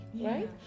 right